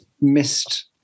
missed